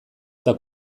eta